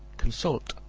consult,